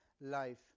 life